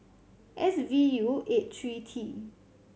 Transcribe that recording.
S V U eight three T